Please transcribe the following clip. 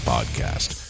Podcast